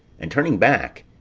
and turning back